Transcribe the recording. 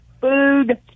food